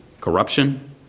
corruption